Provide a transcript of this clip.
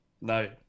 No